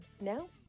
Now